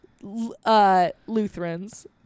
Lutherans